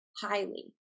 highly